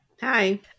Hi